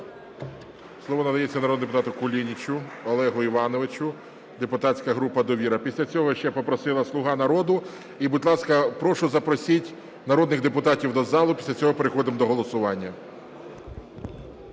Слово надається народному депутату Кулінічу Олегу Івановичу, депутатська група "Довіра". Після цього ще попросила "Слуга народу". І, будь ласка, прошу, запросіть народних депутатів до зали. Після цього переходимо до голосування